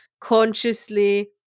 consciously